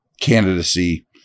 Candidacy